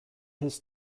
his